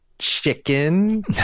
chicken